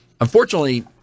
unfortunately